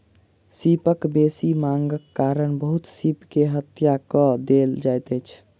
सीपक बेसी मांगक कारण बहुत सीप के हत्या कय देल जाइत अछि